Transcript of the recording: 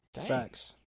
Facts